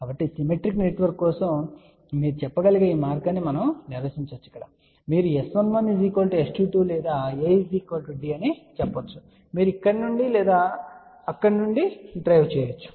కాబట్టి symmetric network కోసం మీరు చెప్పగలిగే మార్గాన్ని మనము నిర్వచించగలము మీరు S11 S22 లేదా A D అని చెప్పవచ్చు మీరు ఇక్కడ నుండి లేదా అక్కడి నుండి డ్రైవ్ చేయవచ్చు